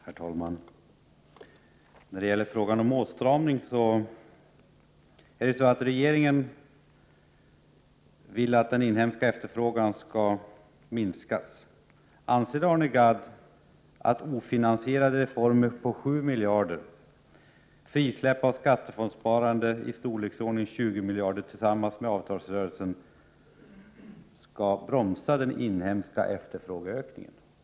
Herr talman! När det gäller frågan om åtstramning vill ju regeringen att den inhemska efterfrågan skall minskas. Anser Arne Gadd att ofinansierade reformer på 7 miljarder och ett frisläppande av skattefondssparande i storleksordningen 20 miljarder tillsammans med avtalsrörelsen kommer att bromsa den inhemska efterfrågeökningen?